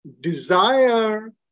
desire